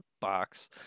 box